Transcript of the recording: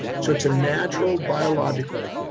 so it's a natural biological,